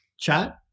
chat